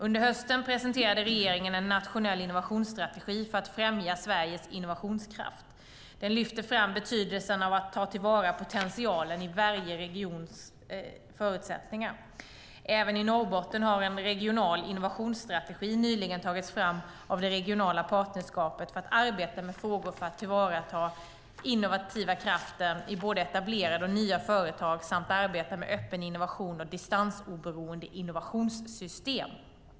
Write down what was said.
Under hösten presenterade regeringen en nationell innovationsstrategi för att främja Sveriges innovationskraft. Den lyfter fram betydelsen av att ta till vara potentialen i varje regions förutsättningar. Även i Norrbotten har en regional innovationsstrategi nyligen tagits fram av det regionala partnerskapet för att arbeta med frågor som att tillvarata den innovativa kraften i både etablerade och nya företag samt arbeta med öppen innovation och distansoberoende innovationssystem.